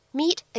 meet